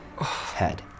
head